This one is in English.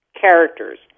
characters